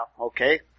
okay